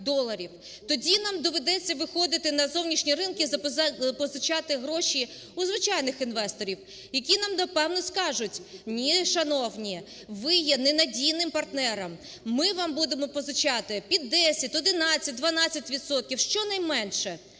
тоді нам доведеться виходити на зовнішні ринки, позичати гроші у звичайних інвесторів. Які нам, напевно, скажуть, ні, шановні, ви є не надійним партнером, ми вам будемо позичати під 10, 11,12 відсотків щонайменше.